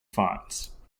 fonts